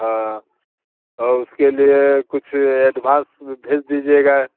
हाँ और उसके लिए कुछ अड्वान्स भी भेज दीजिएगा